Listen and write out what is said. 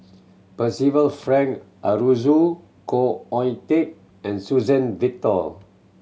Percival Frank Aroozoo Khoo Oon Teik and Suzann Victor